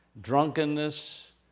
drunkenness